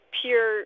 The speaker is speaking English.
pure